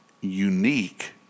unique